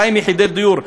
200 יחידות דיור,